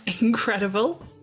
Incredible